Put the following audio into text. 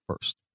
first